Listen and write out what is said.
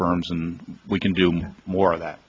firms and we can do more of that